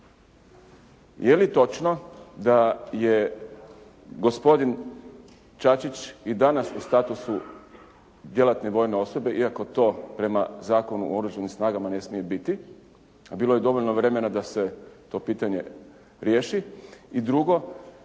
Je li točno da je gospodin Čačić i danas u statusu djelatne vojne osobe, iako to prema Zakonu o Oružanim snagama ne smije biti. Bilo je dovoljno vremena da se to pitanje riješi. I drugo,